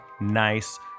nice